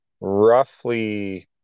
roughly